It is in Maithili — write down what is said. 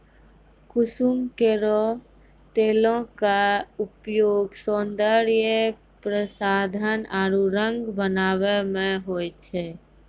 कुसुम केरो तेलो क उपयोग सौंदर्य प्रसाधन आरु रंग बनावै म होय छै